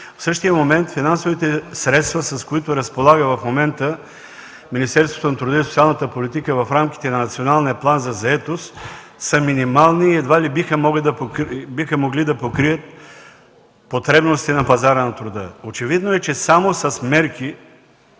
В същия момент финансовите средства, с които разполага в момента Министерството на труда и социалната политика в рамките на Националния план за заетост, са минимални и едва ли биха могли да покрият потребностите на пазара на труда. Очевидно е, че с мерките,